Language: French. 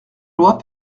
loi